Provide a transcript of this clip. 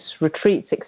retreats